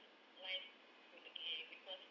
nice food okay because